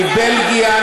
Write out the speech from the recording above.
מבלגיה,